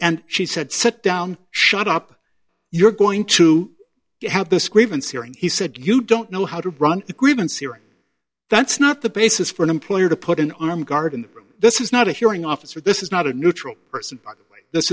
and she said sit down shut up you're going to have this grievance hearing he said you don't know how to run a grievance hearing that's not the basis for an employer to put an armed guard in this is not a hearing officer this is not a neutral person this